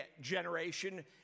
generation